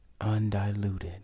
Undiluted